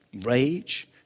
rage